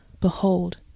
Behold